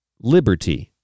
Liberty